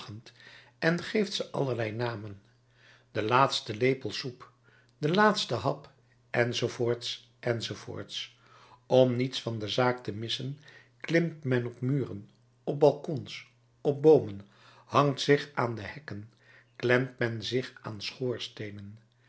en geeft ze allerlei namen de laatste lepel soep de laatste hap enz enz om niets van de zaak te missen klimt men op muren op balkons op boomen hangt zich aan de hekken klemt men zich aan